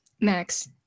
Max